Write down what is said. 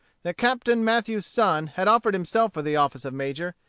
that captain mathews's son had offered himself for the office of major,